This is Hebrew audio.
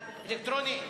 רבותי.